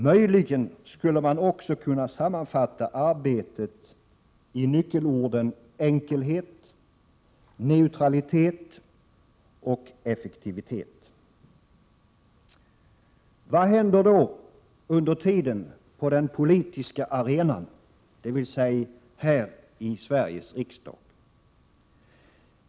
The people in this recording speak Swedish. Möjligen skulle man också kunna sammanfatta arbetet i nyckelorden enkelhet, neutralitet och effektivitet. Vad händer då under tiden på den politiska arenan, dvs. här i Sveriges riksdag?